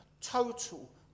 total